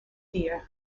dear